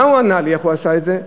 מה הוא ענה לי, איך הוא עשה את זה?